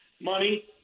Money